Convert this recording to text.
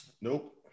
Nope